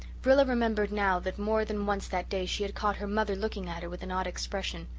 rilla remembered now that more than once that day she had caught her mother looking at her with an odd expression.